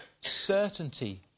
certainty